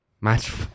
match